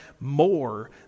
more